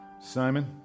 Simon